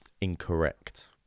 incorrect